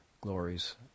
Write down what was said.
glories